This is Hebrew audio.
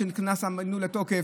כשנכנס המינוי לתוקף,